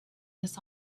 this